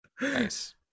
Nice